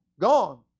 gone